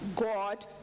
God